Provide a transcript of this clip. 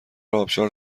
آبشار